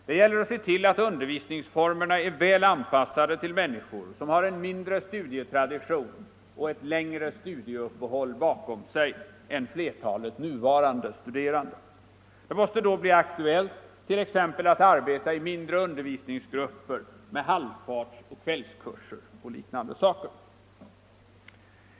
Det gäller att se till att undervisningsformerna är väl anpassade till människor som har en mindre studietradition och ett längre studieuppehåll bakom sig än flertalet nuvarande studerande. Det måste då bli aktuellt att t.ex. arbeta i mindre undervisningsgrupper samt med halvfartsoch kvällskurser och liknande saker.